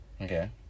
Okay